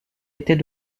était